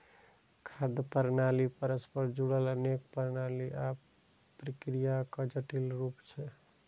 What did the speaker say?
खाद्य प्रणाली परस्पर जुड़ल अनेक प्रणाली आ प्रक्रियाक जटिल रूप छियै